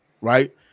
right